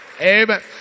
Amen